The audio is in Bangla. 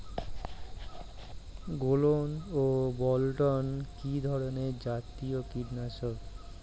গোলন ও বলটন কি ধরনে জাতীয় কীটনাশক?